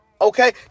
Okay